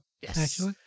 Yes